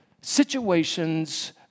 situations